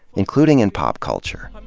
including in pop culture.